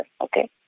okay